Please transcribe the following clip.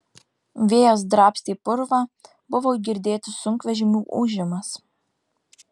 vėjas drabstė purvą buvo girdėti sunkvežimių ūžimas